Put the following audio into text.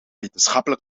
wetenschappelijk